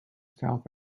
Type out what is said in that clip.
south